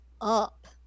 up